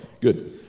good